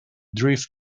drift